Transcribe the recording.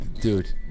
Dude